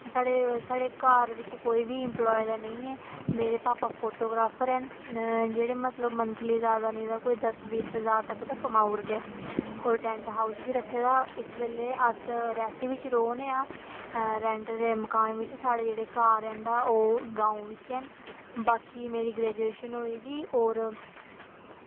साढ़े साढ़े घर बिच कोई बी इंप्लॉयज़ निं ऐ मेरे भापा फोटोग्रॉफर हैन ते जेह्ड़े मतलब मंथली जादै निं तां दस्स बीह् हजार कमाई ओड़दे होर टैंट हाऊस बी रक्खे दा इस बेल्लै अस रियासी बिच रौह्ने आं रैंट दे मकान बिच ते जेह्ड़े साढ़े घर न ओह् गांव बिच न बाकी मेरी ग्रेजूएशन होई दी होर